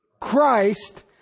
Christ